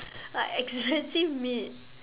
like expensive meat